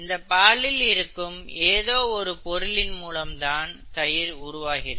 இந்தப் பாலில் இருக்கும் ஏதோ ஒரு பொருளின் மூலம்தான் தயிர் உருவாகிறது